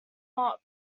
not